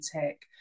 take